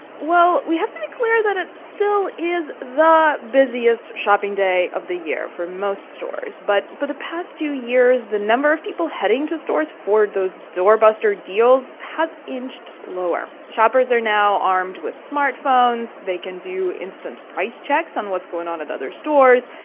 well, we have to be clear that it still is the busiest shopping day of the year for most stores. but for the past two years, the number of people heading to stores for those doorbuster deals has inched lower. shoppers are now armed with smartphones. they can do instant price checks on what's going on at other stores.